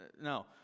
No